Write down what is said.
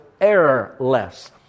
errorless